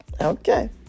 okay